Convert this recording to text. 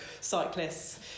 cyclists